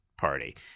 party